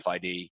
FID